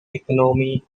economy